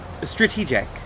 Strategic